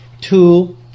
Two